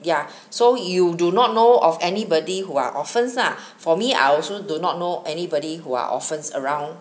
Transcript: ya so you do not know of anybody who are orphans lah for me I also do not know anybody who are orphans around